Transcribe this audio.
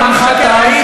זמנך תם.